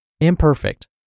imperfect